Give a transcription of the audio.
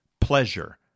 pleasure